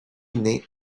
née